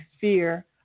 fear